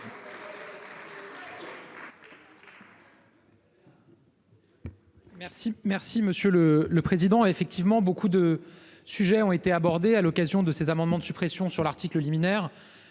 merci Monsieur le le président a effectivement beaucoup de sujets ont été abordés à l'occasion de ces amendements de suppression sur l'article liminaire,